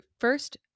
first